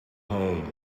home